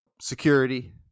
security